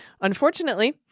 Unfortunately